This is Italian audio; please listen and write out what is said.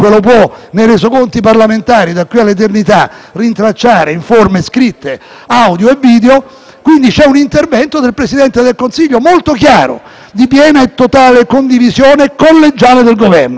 Quindi, c'è un intervento del Presidente del Consiglio, molto chiaro, di piena e totale condivisione collegiale del Governo. Lo sottolineo perché è importante, ai fini della motivazione che la legge costituzionale